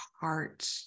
heart